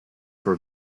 for